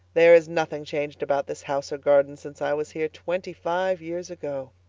there is nothing changed about this house or garden since i was here twenty-five years ago.